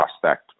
prospect